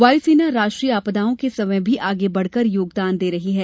वायु सेना राष्ट्रीय आपदाओं के समय भी आगे बढकर योगदान दे रही है